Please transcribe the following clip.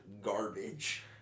garbage